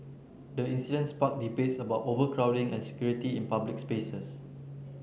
the incident sparked debates about overcrowding and security in public spaces